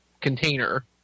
container